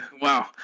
wow